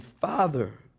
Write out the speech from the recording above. Father